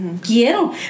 Quiero